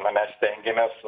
mes stengiames